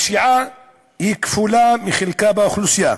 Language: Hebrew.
הפשיעה היא כפולה מחלקם באוכלוסייה,